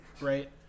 right